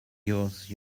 use